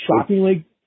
shockingly